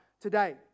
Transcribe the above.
today